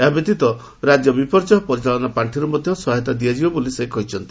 ଏହା ବ୍ୟତୀତ ରାଜ୍ୟ ବିପର୍ଯ୍ୟୟ ପରିଚାଳନା ପାଖିରୁ ମଧ୍ଧ ସହାୟତା ଦିଆଯିବ ବୋଲି ସେ କହିଛନ୍ତି